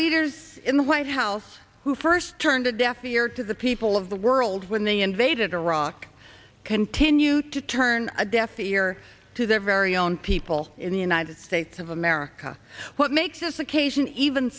leaders in the white house who first turned a deaf ear to the people of the world when they invaded iraq continue to turn a deaf ear to their very own people in the united states of america what makes this occasion even